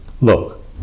look